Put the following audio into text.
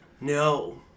No